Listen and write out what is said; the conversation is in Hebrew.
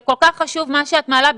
מה שאת מעלה הוא כל כך חשוב,